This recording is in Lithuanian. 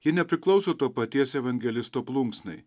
ji nepriklauso to paties evangelisto plunksnai